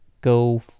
go